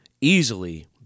easily